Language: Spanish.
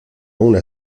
una